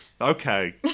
Okay